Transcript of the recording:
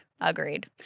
Agreed